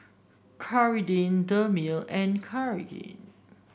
Dermale and Cartigain